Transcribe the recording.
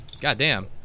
Goddamn